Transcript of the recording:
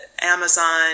Amazon